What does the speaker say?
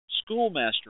schoolmaster